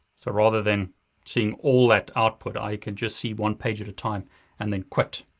so rather than seeing all that output, i could just see one page at a time and then quit.